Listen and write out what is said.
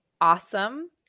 awesome